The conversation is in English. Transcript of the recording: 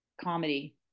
comedy